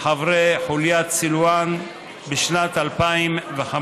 לחברי חוליית סלוואן בשנת 2005,